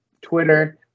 Twitter